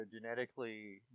genetically